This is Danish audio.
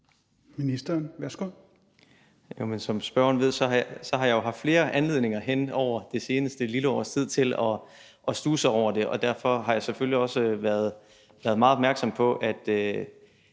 (Simon Kollerup): Som spørgeren ved, har jeg jo haft flere anledninger hen over det seneste lille års tid til at studse over det, og derfor har jeg selvfølgelig også været meget opmærksom på,